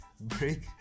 break